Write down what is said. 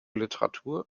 literatur